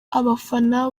abafana